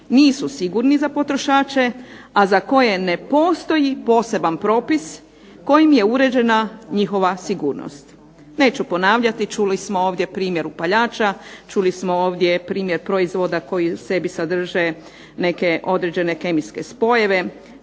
nisu sigurni za potrošače, a za koje ne postoji poseban propis kojim je uređena njihova sigurnost. Neću ponavljati, čuli smo ovdje primjer upaljača, čuli smo ovdje primjer proizvoda koji u sebi sadrže neke određene kemijske spojeve.